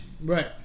right